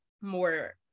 more